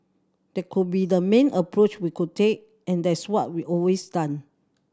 that could be the main approach we could take and that's what we've always done